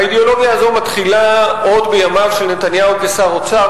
האידיאולוגיה הזו מתחילה עוד בימיו של נתניהו כשר אוצר,